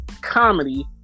comedy